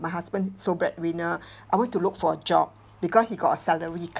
my husband sole breadwinner I went to look for a job because he got a salary